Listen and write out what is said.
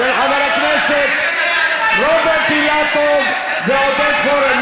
של חברי הכנסתי רוברט אילטוב ועודד פורר.